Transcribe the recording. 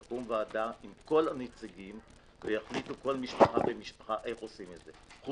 תקום ועדה עם כל הנציגים ויחליטו איך עושים את זה בכל משפחה ומשפחה.